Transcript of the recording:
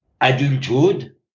adulthood